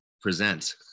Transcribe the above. present